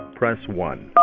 press one